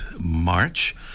March